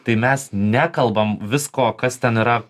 tai mes nekalbam visko kas ten yra